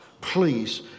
please